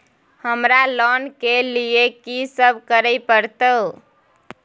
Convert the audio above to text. हमरा लोन के लिए की सब करे परतै?